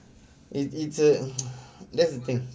it's it's a that's the thing